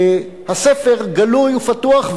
הספר גלוי ופתוח,